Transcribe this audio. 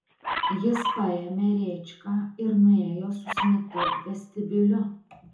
jis paėmė rėčką ir nuėjo su smitu vestibiuliu